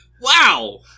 Wow